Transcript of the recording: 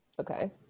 Okay